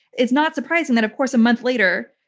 it's not surprising that, of course, a month later,